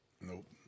Nope